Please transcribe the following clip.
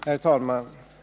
Herr talman!